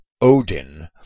Odin